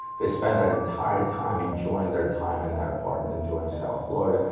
they spent that entire time enjoying their time in that apartment, enjoying south florida.